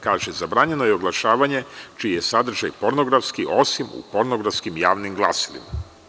Kaže – zabranjeno je oglašavanje čiji je sadržaj pornografski, osim u pornografskim javnim glasilima.